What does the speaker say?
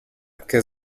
che